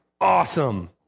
Awesome